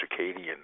circadian